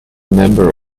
member